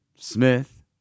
smith